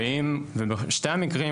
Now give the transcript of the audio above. ובשני המקרים,